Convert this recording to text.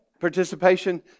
participation